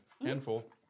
Handful